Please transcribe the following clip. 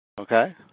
Okay